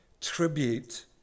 tribute